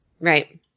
Right